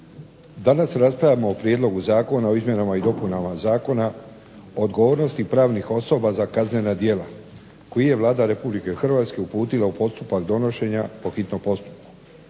Danas raspravljamo o prijedlogu Zakona o izmjenama i dopunama Zakona odgovornosti pravnih osoba za kaznena djela, koji je Vlada Republike Hrvatske uputila u postupak donošenja po hitnom postupku.